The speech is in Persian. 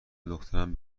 دخترم